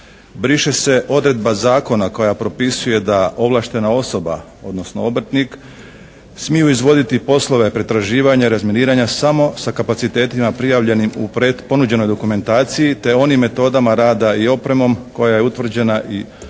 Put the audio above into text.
Briše se odredba zakona koja propisuje da ovlaštena osoba odnosno obrtnik smiju izvoditi poslove pretraživanja, razminiranja samo sa kapacitetima prijavljenim u ponuđenoj dokumentaciji te onim metodama rada i opremom koja je utvrđena u ovjerenom